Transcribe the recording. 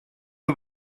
are